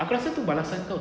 aku rasa tu balasan kau [tau]